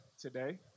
today